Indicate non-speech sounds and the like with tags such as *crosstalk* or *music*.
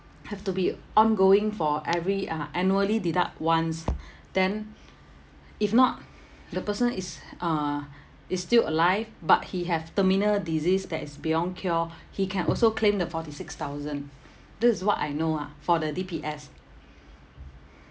have to be ongoing for every uh annually deduct once *breath* then if not the person is uh is still alive but he have terminal disease that is beyond cure he can also claim the forty six thousand this is what I know ah for the D_P_S